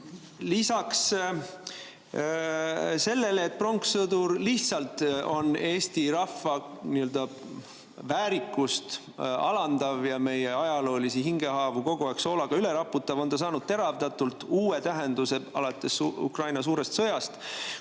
Lisaks sellele, et pronkssõdur on lihtsalt eesti rahva väärikust alandav ja meie ajaloolisi hingehaavu kogu aeg soolaga üle raputav, on ta saanud teravdatult uue tähenduse alates Ukraina suure sõja